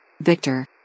Victor